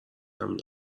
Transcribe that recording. همینو